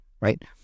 right